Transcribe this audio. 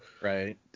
Right